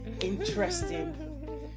interesting